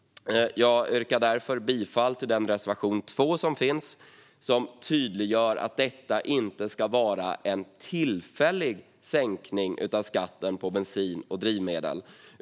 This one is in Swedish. Jag yrkar därför bifall till reservation 2, som tydliggör att detta inte ska vara en tillfällig sänkning av skatten på drivmedel.